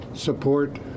support